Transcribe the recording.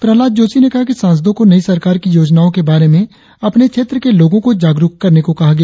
प्रहलाद जोशी ने कहा कि सांसदों को नई सरकार की योजनाओं के बारे में अपने क्षेत्र के लोगों को जागरुक करने को कहा गया